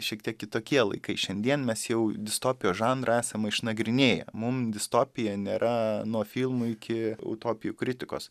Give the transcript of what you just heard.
šiek tiek kitokie laikai šiandien mes jau distopijos žanrą esama išnagrinėję mum distopija nėra nuo filmų iki utopijų kritikos